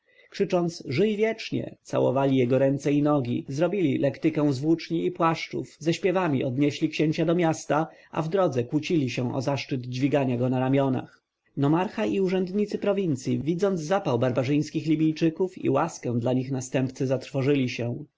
krzycząc żyj wiecznie całowali jego ręce i nogi zrobili lektykę z włóczni i płaszczów ze śpiewami odnieśli księcia do miasta a w drodze kłócili się o zaszczyt dźwigania go na ramionach nomarcha i urzędnicy prowincji widząc zapał barbarzyńskich libijczyków i łaskę dla nich następcy zatrwożyli się